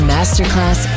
Masterclass